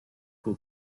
who